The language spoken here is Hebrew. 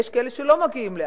יש כאלה שלא מגיעים לעכו,